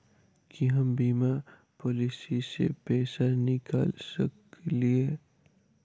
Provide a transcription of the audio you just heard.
की हम बीमा पॉलिसी सऽ पैसा निकाल सकलिये?